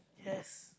yes